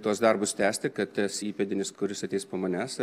tuos darbus tęsti kad tas įpėdinis kuris ateis po manęs